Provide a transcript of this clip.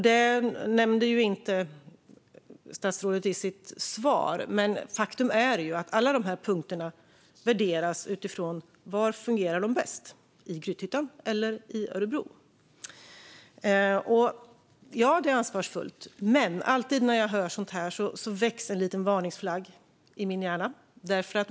Det nämnde inte statsrådet i sitt svar, men faktum är ju att alla dessa punkter värderas utifrån var de fungerar bäst, i Grythyttan eller i Örebro. Ja, det är ansvarsfullt, men alltid när jag hör sådant här hissas en liten varningsflagga i min hjärna.